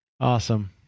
Awesome